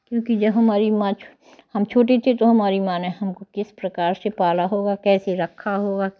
क्योंकि जब हमारी माँ हम छोटे थे तो हमारी माँ ने हमको किस प्रकार से पाला होगा कैसे रखा होगा